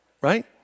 right